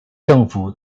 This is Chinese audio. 政府